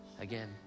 again